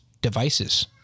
devices